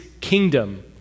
kingdom